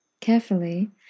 Carefully